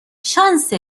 شانس